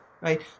right